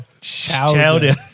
Chowder